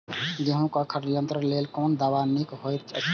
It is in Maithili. गेहूँ क खर नियंत्रण क लेल कोन दवा निक होयत अछि?